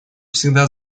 всегда